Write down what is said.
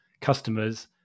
customers